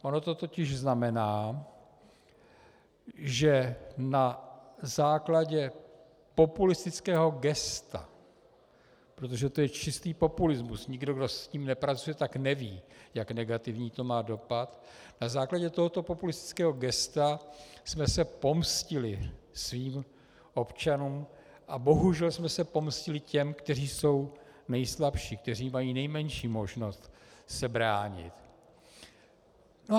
Ono to totiž znamená, že na základě populistického gesta, protože to je čistý populismus, nikdo, kdo s ním nepracuje, neví, jak negativní to má dopad, na základě tohoto populistického gesta jsme se pomstili svým občanům, a bohužel jsme se pomstili těm, kteří jsou nejslabší, kteří mají nejmenší možnost se bránit.